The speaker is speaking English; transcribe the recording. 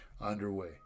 underway